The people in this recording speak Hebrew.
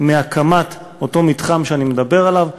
מהקמת אותו מתחם שאני מדבר עליו,